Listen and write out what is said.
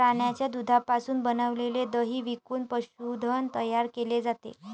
प्राण्यांच्या दुधापासून बनविलेले दही विकून पशुधन तयार केले जाते